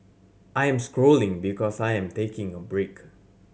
I am scrolling because I am taking a break